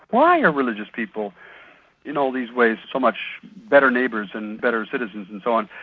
why are religious people in all these ways so much better neighbours and better citizens and so on,